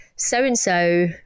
so-and-so